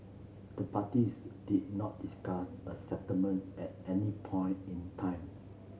the parties did not discuss a settlement at any point in time